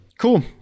Cool